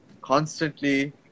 constantly